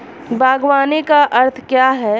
बागवानी का क्या अर्थ है?